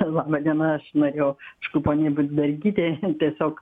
laba diena aš norėjau aišku poniai budbergytei tiesiog